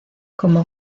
como